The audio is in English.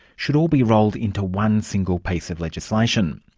should all be rolled into one single piece of legislation.